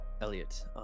Elliot